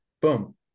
Boom